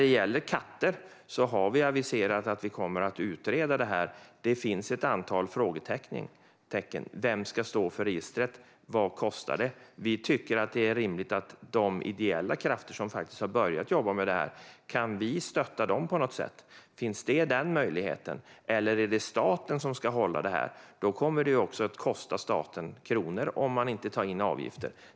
Vad gäller katter har vi aviserat att vi kommer att utreda detta. Det finns ett antal frågetecken. Vem ska stå för registret? Vad kostar det? Kan vi på något sätt stötta de ideella krafter som arbetar med detta? Eller är det staten som ska hålla i detta? Det kommer att kosta staten pengar om man inte tar ut en avgift.